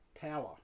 power